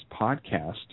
podcast